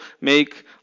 make